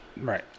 Right